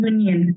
Union